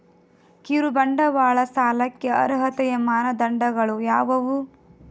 ಕಿರುಬಂಡವಾಳ ಸಾಲಕ್ಕೆ ಅರ್ಹತೆಯ ಮಾನದಂಡಗಳು ಯಾವುವು?